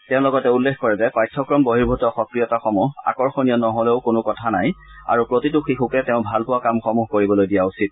তেওঁ লগতে উল্লেখ কৰে যে পাঠ্যক্ৰম বহিৰ্ভূত সক্ৰিয়তাসমূহ আকৰ্ষণীয় নহ'লেও কোনো কথা নাই আৰু প্ৰতিটো শিশুকে তেওঁ ভালপোৱা কামসমূহ কৰিবলৈ দিয়া উচিত